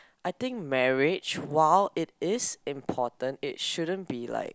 I think marriage while it is important it shouldn't be like